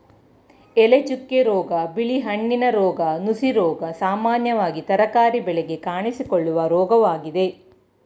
ಎಲೆಚುಕ್ಕೆ ರೋಗ, ಬಿಳಿ ಹೆಣ್ಣಿನ ರೋಗ, ನುಸಿರೋಗ ಸಾಮಾನ್ಯವಾಗಿ ತರಕಾರಿ ಬೆಳೆಗೆ ಕಾಣಿಸಿಕೊಳ್ಳುವ ರೋಗವಾಗಿದೆ